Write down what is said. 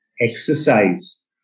Exercise